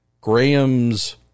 Graham's